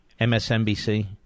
MSNBC